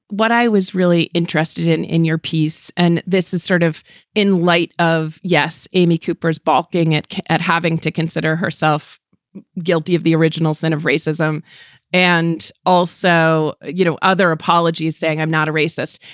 what i was really interested in in your piece, and this is sort of in light of, yes, amy cooper's balking at at having to consider herself guilty of the original sin of racism and also, you know, other apologies saying i'm not a racist.